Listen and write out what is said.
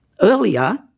Earlier